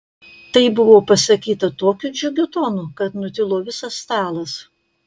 tai buvo pasakyta tokiu džiugiu tonu kad nutilo visas stalas